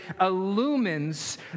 illumines